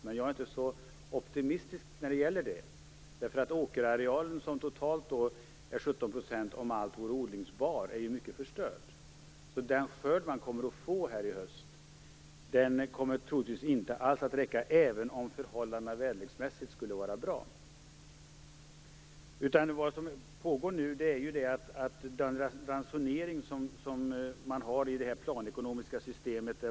Jag är dock inte så optimistisk om det, eftersom åkerarealen, som totalt skulle uppgå till 17 %, om den i sin helhet vore odlingsbar, i mycket är förstörd. Den skörd som man får i höst kommer därför troligtvis inte alls att räcka, även om väderleksförhållandena skulle bli bra. Vad som skett i detta planekonomiska system är att man har satt in en ransonering.